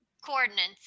coordinates